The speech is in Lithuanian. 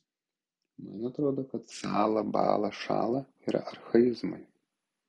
man atrodo kad sąla bąla šąla yra archaizmai